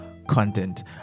content